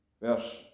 verse